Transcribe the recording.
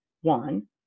One